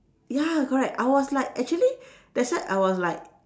ya correct I was like actually that's why I was like